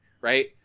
Right